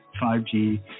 5G